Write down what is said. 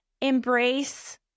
Embrace